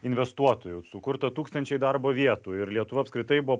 investuotojų sukurta tūkstančiai darbo vietų ir lietuva apskritai buvo